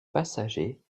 passagers